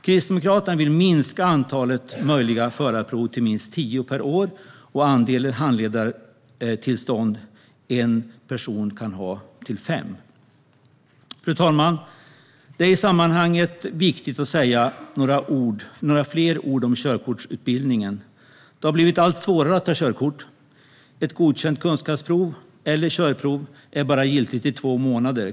Kristdemokraterna vill minska antalet möjliga förarprov till tio per år och antalet handledartillstånd en person kan ha till fem. Fru talman! Det är i sammanhanget viktigt att säga några ord till om körkortsutbildningen. Det har blivit allt svårare att ta körkort. Ett godkänt kunskapsprov eller körprov är bara giltigt i två månader.